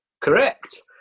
Correct